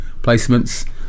placements